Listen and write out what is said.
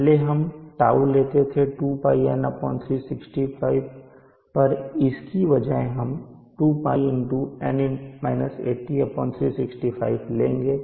पहले हम τ लेते थे 2πN365 पर इसकी बजाय हम 2π 365 लेंगे